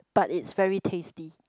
but it's very tasty